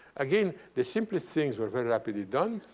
again, the simplest things were very rapidly done.